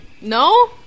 No